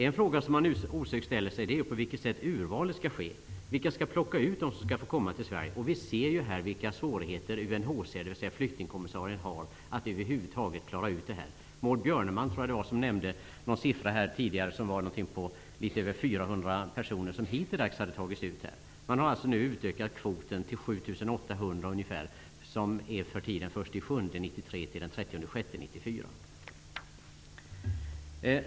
En fråga som man osökt ställer sig är på vilket sätt urvalet skall ske. Vilka skall plocka ut dem som skall få komma till Sverige? Vi ser ju vilka svårigheter UNHCR, dvs. flyktingkommissarien, har att över huvud taget klara ut det här. Jag tror att det var Maud Björnemalm som tidigare nämnde att litet över 400 personer hittills har tagits ut. Kvoten har alltså nu utökats till ungefär 7 800, och den gäller från den 1 juli 1993 till den 30 juni 1994.